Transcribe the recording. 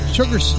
Sugar